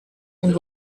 and